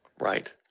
Right